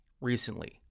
recently